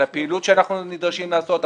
על הפעילות שאנחנו נדרשים לעשות.